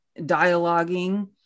dialoguing